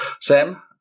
Sam